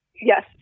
Yes